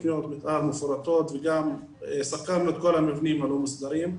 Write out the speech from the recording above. תכניות מתאר מפורטות וגם סקרנו את כל המבנים הלא מוסדרים.